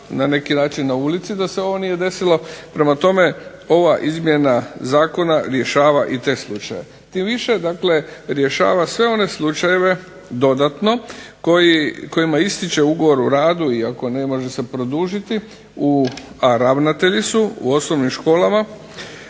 na neki način na ulici da se ovo nije desilo. Prema tome, ova izmjena zakona rješava i te slučajeve, tim više dakle rješava sve one slučajeve dodatno kojima ističe ugovor o radu i ako ne može se produžiti, a ravnatelji su u osnovnim školama,